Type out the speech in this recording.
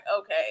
okay